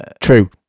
True